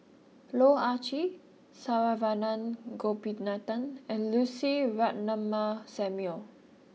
Loh Ah Chee Saravanan Gopinathan and Lucy Ratnammah Samuel